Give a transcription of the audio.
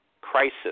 crisis